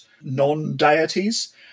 non-deities